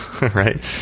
right